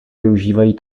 využívají